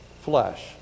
flesh